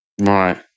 Right